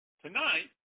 tonight